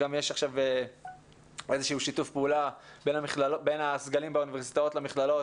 יש שיתוף פעולה בין הסגלים באוניברסיטאות למכללות